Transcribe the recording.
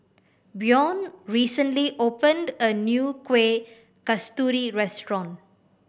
Bjorn recently opened a new Kueh Kasturi restaurant